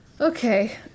Okay